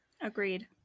Agreed